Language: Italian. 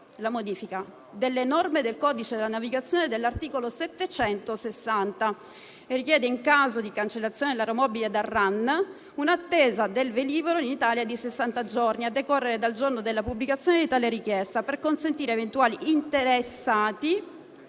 la modifica delle norme del codice della navigazione. L'articolo 760 richiede, in caso di cancellazione dell'aeromobile dal RAN, un'attesa del velivolo in Italia di sessanta giorni a decorrere dal giorno della pubblicazione di tale richiesta, per consentire ad eventuali interessati